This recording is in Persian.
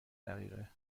دقیقه